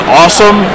awesome